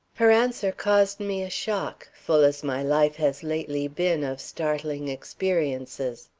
her answer caused me a shock, full as my life has lately been of startling experiences.